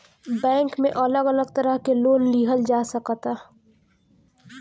bank में अलग अलग तरह के लोन लिहल जा सकता